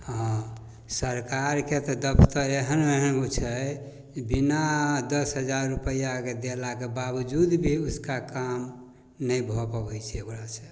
हँ सरकारके तऽ दफ्तर एहन एहन गो छै बिना दस हजार रुपैआके देलाके बावजूद भी उसका काम नहि भऽ पबै छै ओकरासँ